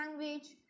language